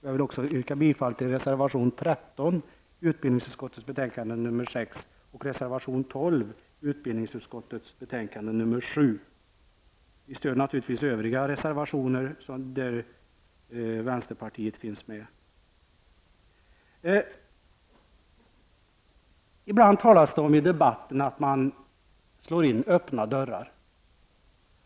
Jag vill också yrka bifall till reservation 13 i utbildningsutskottets betänkande 6 och till reservation 12 i utbildningsutskottets betänkande 7. Vi står naturligtvis bakom övriga reservationer där vänsterpartiet finns med. Det talas ibland i debatten om att man slår in öppna dörrar.